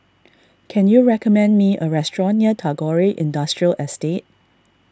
can you recommend me a restaurant near Tagore Industrial Estate